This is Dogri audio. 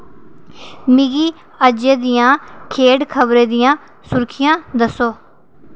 मिगी अज्जै दि'यां खेढ खबरें दि'यां सुर्खियां दस्सो